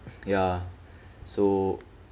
ya so